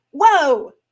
whoa